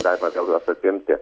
galima vėl juos atsiimti